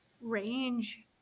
range